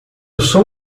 sou